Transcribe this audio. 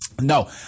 No